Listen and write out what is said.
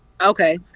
Okay